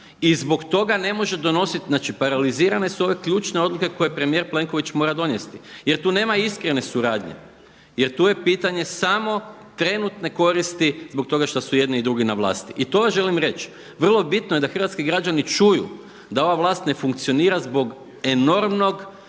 i zbog toga ne može donositi, znači paralizirane su ove ključne odluke koje premijer Plenković mora donijeti jer tu nema iskrene suradnje, jer tu je pitanje samo trenutne koristi zbog toga što su jedni i drugi na vlasti. I to vam želim reći. Vrlo bitno je da hrvatski građani čuju da ova vlast ne funkcionira zbog enormnog